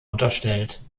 unterstellt